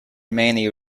many